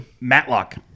Matlock